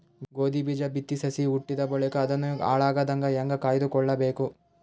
ಗೋಧಿ ಬೀಜ ಬಿತ್ತಿ ಸಸಿ ಹುಟ್ಟಿದ ಬಳಿಕ ಅದನ್ನು ಹಾಳಾಗದಂಗ ಹೇಂಗ ಕಾಯ್ದುಕೊಳಬೇಕು?